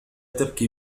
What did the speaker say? تبكي